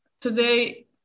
today